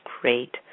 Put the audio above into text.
great